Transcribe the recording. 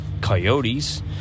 Coyotes